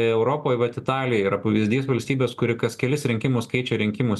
europoj vat italija yra pavyzdys valstybės kuri kas kelis rinkimus keičia rinkimų